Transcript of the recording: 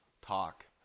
talk